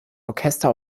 orchester